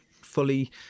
fully